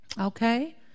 Okay